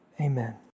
amen